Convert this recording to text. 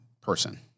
person